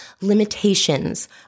limitations